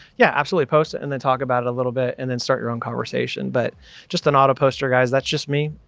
yeah, absolutely. post it and then talk about it a little bit and then start your own conversation. but just an auto poster guys, that's just me.